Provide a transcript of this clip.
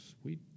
sweet